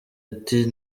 ati